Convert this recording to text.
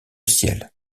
ciel